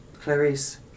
Clarice